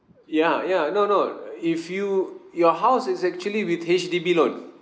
ya ya no no if you your house is actually with H_D_B loan